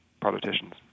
politicians